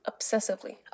obsessively